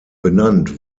benannt